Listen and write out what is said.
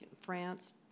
France